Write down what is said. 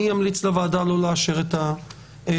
אני אמליץ לוועדה לא לאשר את התקנות.